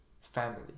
family